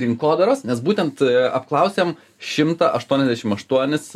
rinkodaros nes būtent apklausėm šimtą aštuoniasdešim aštuonis